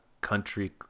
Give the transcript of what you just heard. country